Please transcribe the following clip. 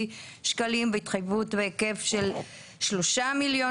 5 מיליון שקלים והתחייבות בהיקף של 3 מיליון